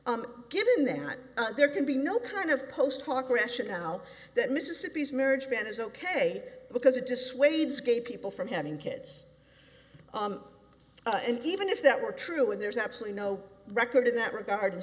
given that there can be no kind of post hoc rationale that mississippi's marriage ban is ok because it dissuades gay people from having kids and even if that were true and there's absolutely no record in that regard and